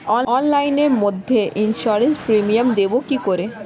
অনলাইনে মধ্যে insurance premium দেবো কি করে?